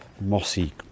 mossy